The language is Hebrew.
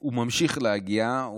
הוא ממשיך להגיע,